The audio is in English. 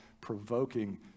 provoking